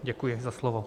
Děkuji za slovo.